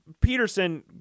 Peterson